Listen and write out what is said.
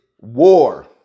war